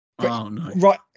right